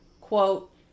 quote